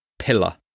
pillar